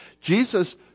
Jesus